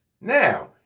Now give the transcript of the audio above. now